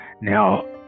Now